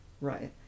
right